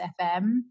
FM